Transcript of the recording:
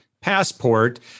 passport